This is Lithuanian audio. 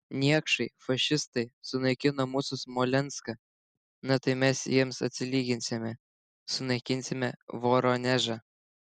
niekšai fašistai sunaikino mūsų smolenską na tai mes jiems atsilyginsime sunaikinsime voronežą